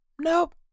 Nope